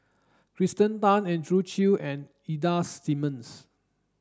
Kirsten Tan Andrew Chew and Ida Simmons